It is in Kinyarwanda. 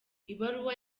ibaruwa